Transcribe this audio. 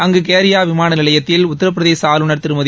அங்கு கேரியா விமான நிலையத்தில் உத்தரப்பிரதேச ஆளுநர் திருமதி